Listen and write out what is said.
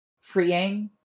freeing